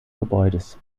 gebäudes